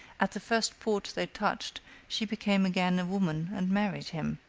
at the first port they touched she became again a woman and married him,